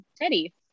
Teddy